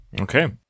Okay